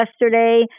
yesterday